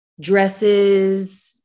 dresses